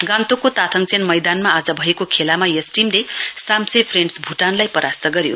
गान्तोकको ताथङचेन मैदानमा आज भएको खेलामा यस टीमले साम्से फ्रेण्ड्स भुटानलाई परास्त गर्यो